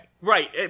Right